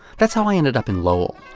that's how i ended up in lowell.